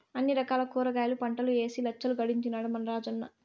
అన్ని రకాల కూరగాయల పంటలూ ఏసి లచ్చలు గడించినాడ మన రాజన్న